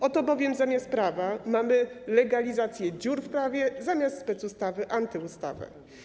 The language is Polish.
Oto bowiem zamiast prawa mamy legalizację dziur w prawie, zamiast specustawy - antyustawę.